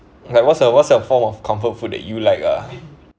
like what's your what's your form of comfort food that you like ah